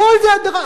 הכול זה הדרה.